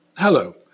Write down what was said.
Hello